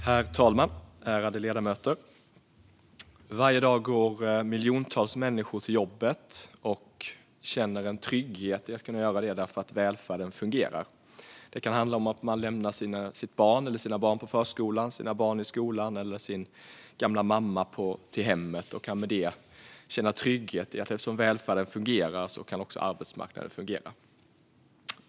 Herr talman! Ärade ledamöter! Varje dag går miljontals människor till jobbet och känner en trygghet i att kunna göra det eftersom välfärden fungerar. Det kan handla om att man lämnar sina barn på förskolan eller i skolan eller att man har sin gamla mamma på hemmet. Då kan man känna trygghet, för om välfärden fungerar kan också arbetsmarknaden fungera.